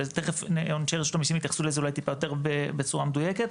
תיכף אנשי רשות המיסים יתייחסו לזה אולי טיפה יותר בצורה מדויקת.